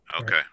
okay